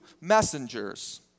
messengers